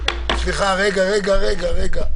רגע, רגע, רגע.